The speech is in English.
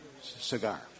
cigar